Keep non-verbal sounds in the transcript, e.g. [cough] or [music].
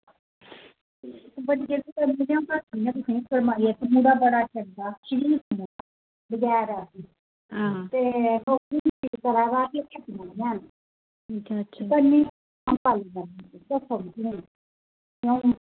बड्डी दा बी करी ओड़ना [unintelligible] पर मुड़ा बड़ा चंगा शरीफ बचारा ते [unintelligible]